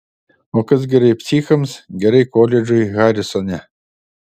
o kas gerai psichams gerai koledžui harisone